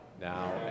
now